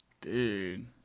Dude